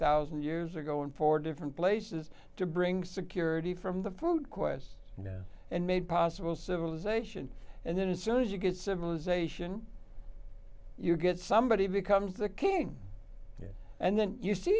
thousand years ago in four different places to bring security from the food quests now and made possible civilisation and then as soon as you get civilisation you get somebody becomes the king and then you see